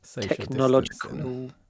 technological